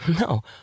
No